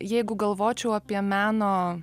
jeigu galvočiau apie meno